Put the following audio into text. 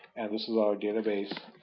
and this is our database